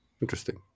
Interesting